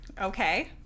Okay